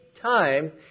times